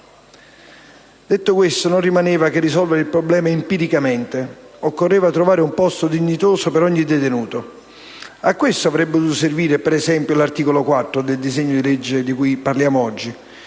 Detto questo, non rimaneva che risolvere il problema empiricamente. Occorreva trovare un posto dignitoso per ogni detenuto. A questo avrebbe dovuto servire, per esempio, l'articolo 4 del decreto-legge oggi al nostro